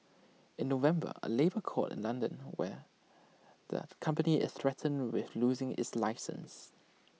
in November A labour court in London where the company is threatened with losing its license